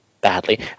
badly